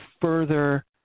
further